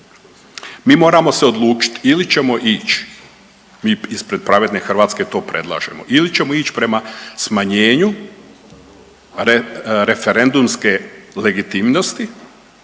mi moramo se odlučiti ili ćemo ići mi ispred Pravedne Hrvatske to predlažemo ili ćemo ići prema smanjenju referendumske legitimnosti,